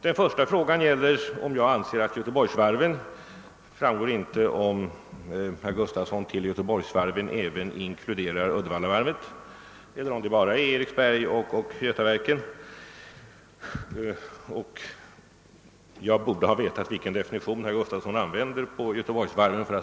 Den första frågan gällde Göteborgsvarven, men det framgick inte om herr Gustafson i Göteborg i begreppet Göteborgsvarven inkluderade även Uddevallavarvet eller om han menade bara Eriksberg och Götaverken. För att kunna svara på den framställda frågan borde jag egentligen veta vilken innebörd herr Gustafson inlägger i begreppet Göteborgsvarven.